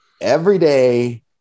everyday